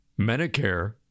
Medicare